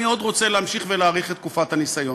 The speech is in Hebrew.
אני רוצה להמשיך ולהאריך את תקופת הניסיון.